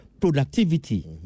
productivity